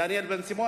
דניאל בן-סימון,